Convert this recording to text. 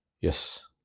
Yes